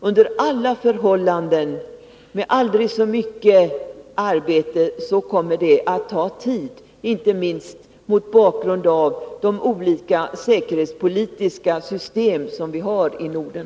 Under alla förhållanden och hur mycket arbete vi än lägger ned kommer det att ta tid, inte minst mot bakgrund av de olika säkerhetspolitiska system som vi har i Norden.